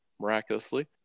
miraculously